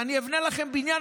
ואני אבנה לכם בניין.